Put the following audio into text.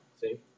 See